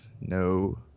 no